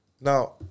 Now